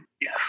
Yes